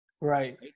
right